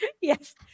Yes